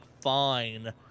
fine